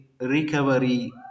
recovery